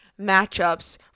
matchups